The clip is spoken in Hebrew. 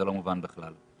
זה לא מובן בכלל.